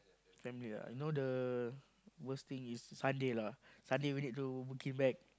family ah you know the worst thing is Sunday lah Sunday we need to book in back